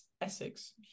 Essex